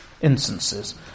instances